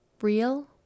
real